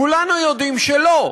כולנו יודעים שלא.